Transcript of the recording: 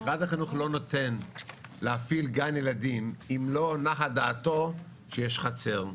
משרד החינוך לא נותן להפעיל גן ילדים אם לא נחה דעתו שיש חצר.